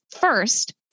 first